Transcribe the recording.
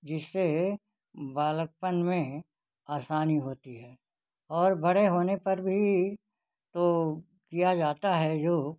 जिसे बालकपन में आसानी होती है और बड़े होने पर भी तो किया जाता है योग